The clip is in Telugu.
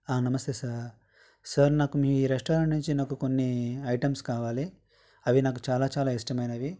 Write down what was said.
ఆ నమస్తే సార్ సార్ నాకు మీ రెస్టారెంట్ నుంచి నాకు కొన్ని ఐటమ్స్ కావాలి అవి నాకు చాలా చాలా ఇష్టమైనవి